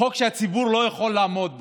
זה חוק שהציבור לא יכול לעמוד בו.